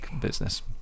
business